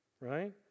Right